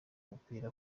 mupira